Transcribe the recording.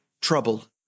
troubled